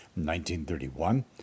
1931